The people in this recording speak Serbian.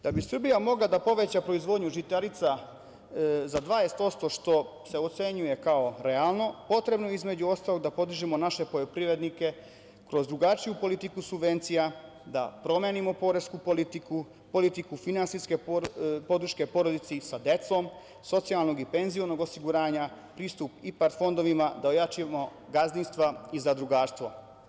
Da bi Srbija mogla da poveća proizvodnju žitarica za 20%, što se ocenjuje kao realno, potrebno je između ostalog da podržimo naše poljoprivrednike kroz drugačiju politiku subvencija, da promenimo poresku politiku, politiku finansijske podrške porodici sa decom, socijalnog i penzionog osiguranja, pristup IPARD fondovima, da ojačamo gazdinstva i zadrugarstvo.